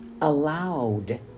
allowed